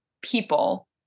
people